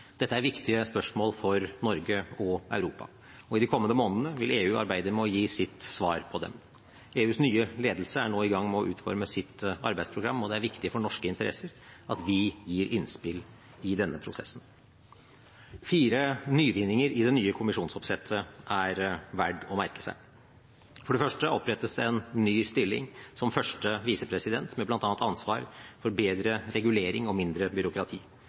Dette er viktige spørsmål for Norge og Europa, og i de kommende månedene vil EU arbeide med å gi sitt svar på dem. EUs nye ledelse er nå i gang med å utforme sitt arbeidsprogram. Det er viktig for norske interesser at vi gir innspill i denne prosessen. Fire nyvinninger i det nye kommisjonsoppsettet er verdt å merke seg. For det første opprettes en ny stilling som første visepresident, med bl.a. ansvar for bedre regulering og mindre byråkrati.